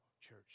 church